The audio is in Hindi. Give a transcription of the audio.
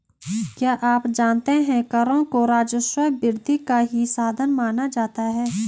क्या आप जानते है करों को राजस्व वृद्धि का ही साधन माना जाता है?